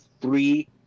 three